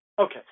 Okay